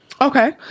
okay